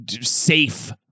safe